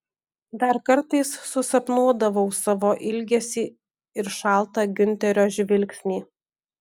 dar kartais susapnuodavau savo ilgesį ir šaltą giunterio žvilgsnį